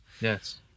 Yes